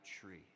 tree